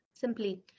simply